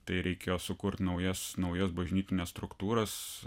tai reikėjo sukurti naujas naujas bažnytines struktūras